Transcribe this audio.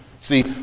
See